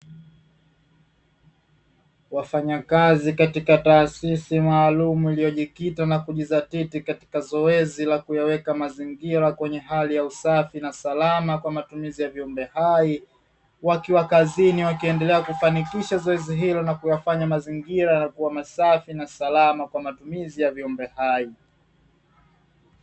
Wafanyakazi katika taasisi maalumu iliyojikita na kujizatiti katika zoezi la kuyaweka mazingira kwenye hali ya usafi na salama kwa matumizi ya viumbe hai, wakiwa kazini wakiendelea kufanikisha zoezi hilo na kuyafanya mazingira yana kuwa masafi na salama kwa matumizi ya viumbe hai.